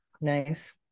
Nice